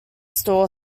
stall